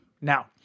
now